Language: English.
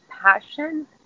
passion